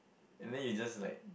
and then you just like